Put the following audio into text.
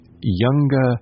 younger